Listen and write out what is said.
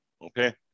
Okay